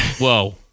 Whoa